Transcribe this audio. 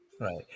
Right